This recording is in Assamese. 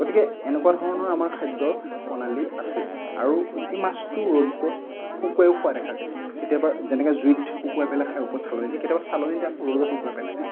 গতিকে এনেকুৱা ধৰণৰ আমাৰ খাদ্যৰ প্ৰণালী আছে আৰু এই মাছটো ৰ'দত শুকোৱাইও খোৱা দেখা যায় কেতিয়াবা যেনেকে জুইত শুকোৱাই পেলাই খায় ওপৰত চালনী দি কেতিয়াবা চালনীত তাক ৰ'দত শুকোৱাই পেলাই খায়